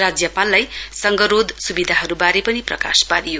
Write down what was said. राज्यपाललाई संगरोध सुविधाहरुवारे पनि प्रकाश पारियो